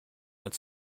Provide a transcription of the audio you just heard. went